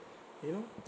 you know